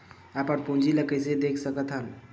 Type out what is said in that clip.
अपन पूंजी ला कइसे देख सकत हन?